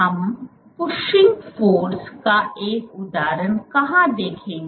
हम पुच्चीग फोर्स का एक उदाहरण कहां देखेंगे